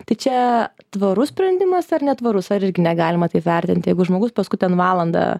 tai čia tvarus sprendimas ar netvarus ar irgi negalima taip vertinti jeigu žmogus paskui ten valandą